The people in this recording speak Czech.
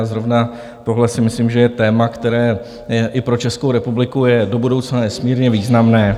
A zrovna tohle si myslím, že je téma, které je i pro Českou republiku do budoucna nesmírně významné.